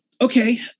Okay